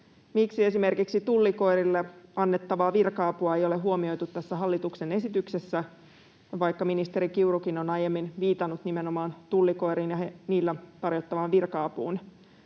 Miksi esimerkiksi tullikoirilla annettavaa virka-apua ei ole huomioitu tässä hallituksen esityksessä, vaikka ministeri Kiurukin on aiemmin viitannut nimenomaan tullikoiriin ja niillä tarjottavaan virka-apuun?